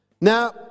Now